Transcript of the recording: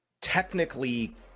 technically